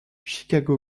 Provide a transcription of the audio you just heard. chicago